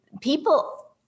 people